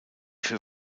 für